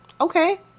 Okay